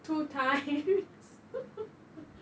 two times